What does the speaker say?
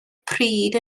pryd